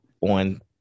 on